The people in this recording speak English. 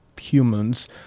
Humans